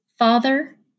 Father